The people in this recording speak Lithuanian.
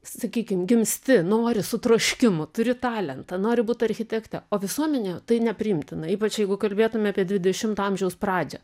sakykim gimsti nori su troškimu turi talentą nori būti architekte o visuomenėje tai nepriimtina ypač jeigu kalbėtume apie dvidešimto amžiaus pradžią